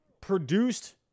produced